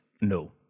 no